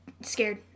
scared